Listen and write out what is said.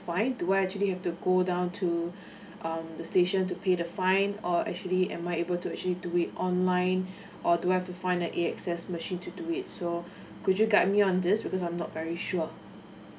fine do I actually have to go down to um the station to pay the fine or actually am I able to actually do it online or do I have to find the A_X_S machine to do it so could you guide me on this because I'm not very sure